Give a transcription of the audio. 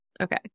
Okay